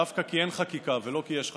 דווקא כי אין חקיקה, ולא כי יש חקיקה.